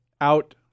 out